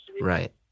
Right